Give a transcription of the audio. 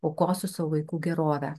aukosiu savo vaikų gerovę